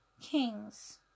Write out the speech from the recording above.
kings